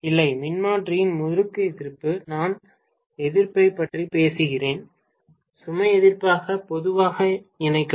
இல்லை மின்மாற்றியின் முறுக்கு எதிர்ப்பு நான் எதிர்ப்பைப் பற்றி பேசுகிறேன் சுமை எதிர்ப்பாக பொதுவாக இணைக்கவும்